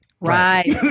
Right